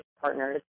partners